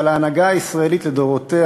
אבל ההנהגה הישראלית לדורותיה,